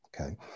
okay